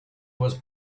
was